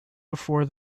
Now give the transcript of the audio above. before